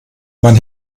mein